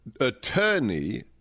attorney